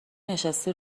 نشسته